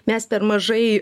mes per mažai